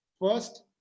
First